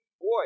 boy